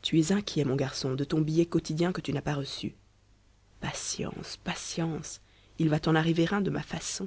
tu es inquiet mon garçon de ton billet quotidien que tu n'as pas reçu patience patience il va t'en arriver un de ma façon